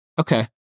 Okay